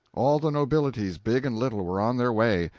all the nobilities, big and little, were on their way,